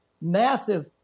massive